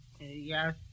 Yes